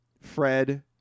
Fred